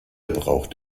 braucht